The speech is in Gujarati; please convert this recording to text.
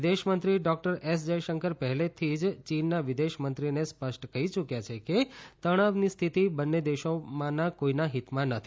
વિદેશ મંત્રી ડોક્ટર એસ જયશંકર પહેલેથી જ ચીનના વિદેશ મંત્રીને સ્પષ્ટ કહી યુક્યા છે કે તણાવની સ્થિતિ બંને દેશોમાંના કોઈના હિતમાં નથી